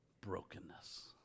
brokenness